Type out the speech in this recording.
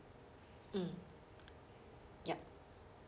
mm ya